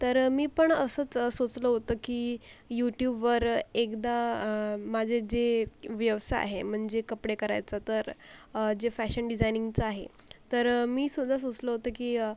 तर मी पण असंच सोचलं होतं की यूट्यूबवर एकदा माझे जे व्यवसाय आहे म्हणजे कपडे करायचं तर जे फॅशन डिझायनिंगचं आहे तर मीसुद्धा सोचलं होतं की